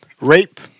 Rape